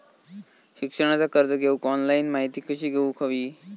शिक्षणाचा कर्ज घेऊक ऑनलाइन माहिती कशी घेऊक हवी?